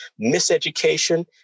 miseducation